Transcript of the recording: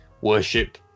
worship